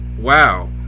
wow